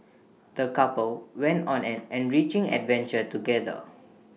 the couple went on an enriching adventure together